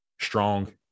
strong